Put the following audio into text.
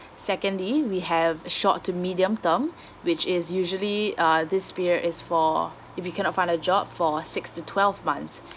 secondly we have short to medium term which is usually uh this period is for if you cannot find a job for six to twelve months